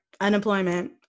unemployment